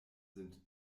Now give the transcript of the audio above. sind